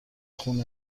خون